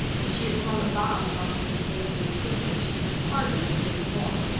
if she had thrown a bomb among the complacent improvers she could hardly have made more.